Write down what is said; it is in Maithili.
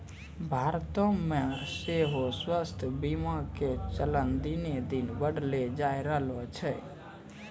भारतो मे सेहो स्वास्थ्य बीमा के चलन दिने दिन बढ़ले जाय रहलो छै